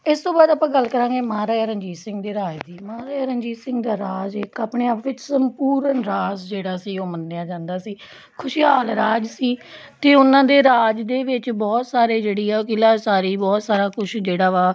ਇਸ ਤੋਂ ਬਾਅਦ ਆਪਾਂ ਗੱਲ ਕਰਾਂਗੇ ਮਹਾਰਾਜਾ ਰਣਜੀਤ ਸਿੰਘ ਦੇ ਰਾਜ ਦੀ ਮਹਾਰਾਜਾ ਰਣਜੀਤ ਸਿੰਘ ਦਾ ਰਾਜ ਇੱਕ ਆਪਣੇ ਆਪ ਵਿੱਚ ਸੰਪੂਰਨ ਰਾਜ ਜਿਹੜਾ ਸੀ ਉਹ ਮੰਨਿਆ ਜਾਂਦਾ ਸੀ ਖੁਸ਼ਹਾਲ ਰਾਜ ਸੀ ਅਤੇ ਉਹਨਾਂ ਦੇ ਰਾਜ ਦੇ ਵਿੱਚ ਬਹੁਤ ਸਾਰੇ ਜਿਹੜੀ ਆ ਉਹ ਕਿਲਾ ਉਸਾਰੀ ਬਹੁਤ ਸਾਰਾ ਕੁਝ ਜਿਹੜਾ ਵਾ